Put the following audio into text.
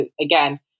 again